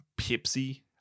Pepsi